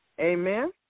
Amen